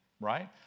right